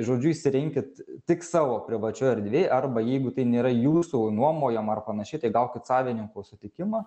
žodžiu išsirinkit tik savo privačioj erdvėj arba jeigu tai nėra jūsų nuomojama ar panašiai tai gaukit savininko sutikimą